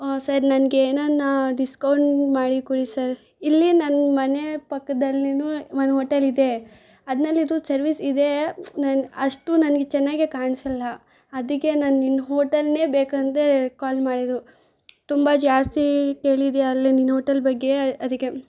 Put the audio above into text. sir ನನಗೆ ಏನನ discount ಮಾಡಿ ಕೊಡಿ ಸರ್ ಇಲ್ಲಿ ನನ್ನ ಮನೆ ಪಕ್ಕದಲ್ಲಿನೂ ಒಂದು ಹೋಟೆಲ್ ಇದೆ ಅದ್ನಲ್ಲಿದೂ ಸರ್ವಿಸ್ ಇದೆ ನನ್ನ ಅಷ್ಟು ನನಗೆ ಚೆನ್ನಾಗಿ ಕಾಣಿಸಲ್ಲ ಅದಕ್ಕೆ ನಾನು ನಿನ್ನ ಹೋಟೆಲ್ನೇ ಬೇಕಂತ ಕಾಲ್ ಮಾಡಿದ್ದು ತುಂಬ ಜಾಸ್ತಿ ಕೇಳಿದೆಯಾ ಅಲ್ಲ ನಿನ್ನ ಹೋಟೆಲ್ ಬಗ್ಗೆ ಅದಕ್ಕೆ